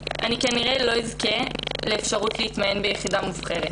אני כנראה לא אזכה לאפשרות להתמיין ביחידה מובחרת.